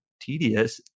tedious